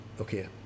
okay